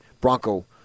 Bronco